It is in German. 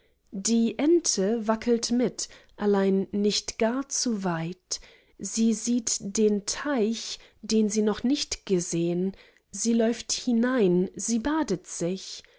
die ente wackelt mit allein nicht gar zu weit sie sieht den teich den sie noch nicht gesehen sie läuft hinein sie badet sich